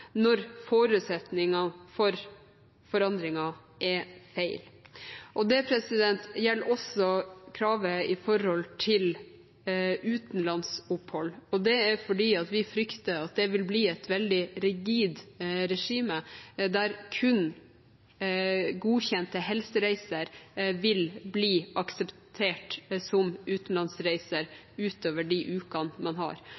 når forutsetningen for forandringen er feil. Det gjelder også kravet i forhold til utenlandsopphold, og det er fordi vi frykter at det vil bli et veldig rigid regime der kun godkjente helsereiser vil bli akseptert som utenlandsreiser utover de ukene man har.